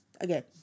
again